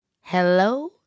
Hello